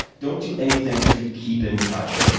don't do anything to keep in touch.